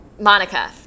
Monica